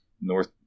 North